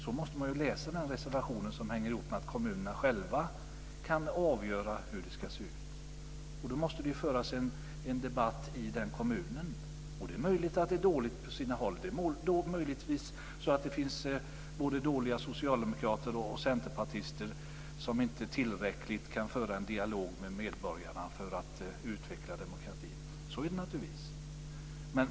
Så måste man läsa den reservation som hänger ihop med att kommunerna själva kan avgöra hur det ska se ut. Då måste det föras en debatt i den kommunen. Det är möjligt att det är dåligt på sina håll. Det är möjligtvis så att det finns dåliga både socialdemokrater och centerpartister som inte tillräckligt kan föra en dialog med medborgarna för att utveckla demokratin. Så är det naturligtvis.